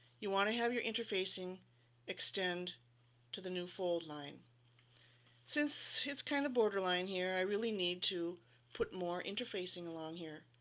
you want to have your interfacing extend to the new fold line since it's kind of borderline here. i really need to put more interfacing along here,